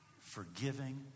forgiving